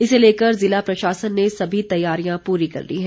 इसे लेकर जिला प्रशासन ने सभी तैयारियां पूरी कर ली हैं